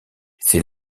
c’est